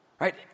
right